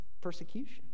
persecution